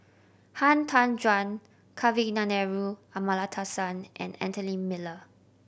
Han Tan Juan Kavignareru Amallathasan and Anthony Miller